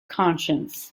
conscience